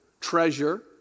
treasure